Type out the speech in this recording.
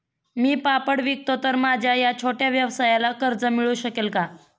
मी पापड विकतो तर माझ्या या छोट्या व्यवसायाला कर्ज मिळू शकेल का?